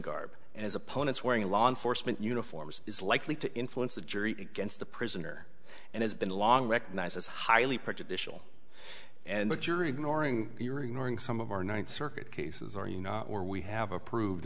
his opponents wearing law enforcement uniforms is likely to influence the jury against the prisoner and has been a long recognized as highly prejudicial and what you're ignoring some of our ninth circuit cases are you know or we have approved